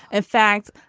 in fact,